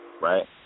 right